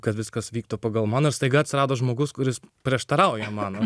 kad viskas vyktų pagal mano ir staiga atsirado žmogus kuris prieštarauja mano